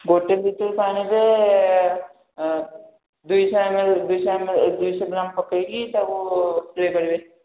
ଗୋଟେ ଲିଟର୍ ପାଣିରେ ଦୁଇଶହ ଏମ୍ଏଲ୍ ଦୁଇଶହ ଏମ୍ଏଲ୍ ଏ ଦୁଇଶହ ଗ୍ରାମ୍ ପକେଇକି ତା'କୁ ସ୍ପ୍ରେ କରିବେ